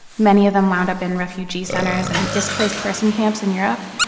many of them wound up in refugee centers and displaced person camps in europe.